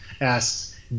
asks